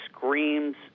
Screams